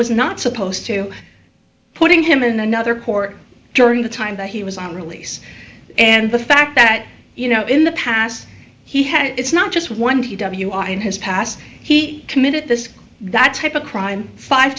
was not supposed to putting him in another court during the time that he was on release and the fact that you know in the past he had it's not just one d w i in his past he committed this that type of crime five